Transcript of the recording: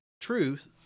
truth